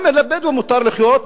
גם לבדואים מותר לחיות,